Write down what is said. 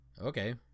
Okay